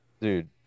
Dude